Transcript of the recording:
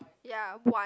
ya one